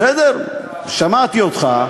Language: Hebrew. בסדר, שמעתי אותך,